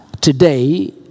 today